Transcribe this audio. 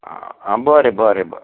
आ आ बरें बरें बरें